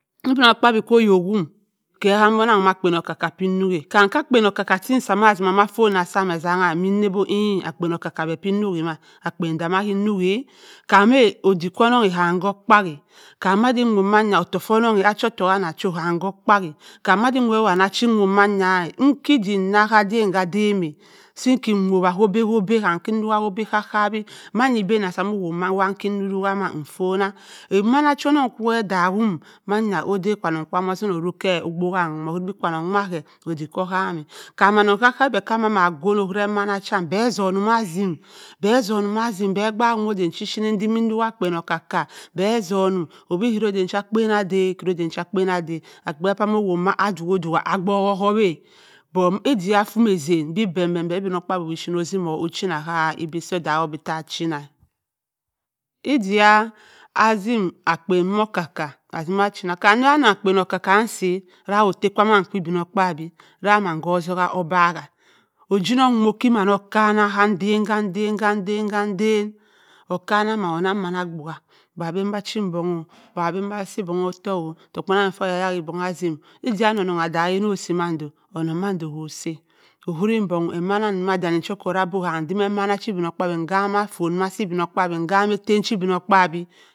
Ibinokpaabyi ku ouowom ke ouaw onnan akpen oka-ka pe nwu kam akka akpen kezamna ka foti zau ezauha emmi na ẹ akpen okka-ka pepi nwo ma akpen doumna ki nwui kaan a ooddik kwa onnong kam. ko okpa-e kam anaadin nwo ma yia ottoku achi kam ko okpaẹ kam madin nwoewotte anna achi manya idik hanna ka adam ka daun-a si ki wowu oba-oba kam ki nwwa obu-hakawi mayi ebu mowowa ma maki rowah ma nfonna emmana cho onnong ke odamum manyi oda kwann-ong mo simo orok ke owowau owuribi kwaanong nwu ke odik ko ohamma kam onnong karkawi be kimma a ghowin owuri emanea chau be azumi azim be azuma azim be abaak ondqn chi ochinni edima erok akpen okka-oka be zummu obi kari adan chs akpen ada kari chi akpen ada akpen cha mo owowa ma a buwu duwa abok-oyowi-a but di fovo azen be bem ibinokpaabyi asi mo shinna iba so odaak mu tta acunna idaa asim akpen okka-oka be zummum obi ira ava eden cha akpen a bai kari akpen ada akpen cha-mo ma aduwu duwa a hop-ohuwa but idia fomazan beem beem ibinokpaabyi ochinni osim-o ochina a ida so odaak-o tta achinna idia atzim akpen ma okka-ka atzm achina ayin onnin akpen okka-ka si rau otle kaw ma idinokpaabyi va man ko ozukua obaak bu oguin onng wo okimmano kabhua ka edan-kadam ka-dam okann-ny man agbubua bong abanbi achi-oo bong abanbi asi bo, akko-ozim ida ononng a bayi onno si mando onnong mando ko osi-a owuri ebong emmana danni cho okkorabo kan be emmanna chi ibinokpaabyi ekam fot asi idinokt paabyi ehamma ettem chi ibinokpanbyi.